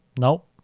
Nope